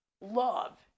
love